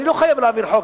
אני לא חייב להעביר חוק,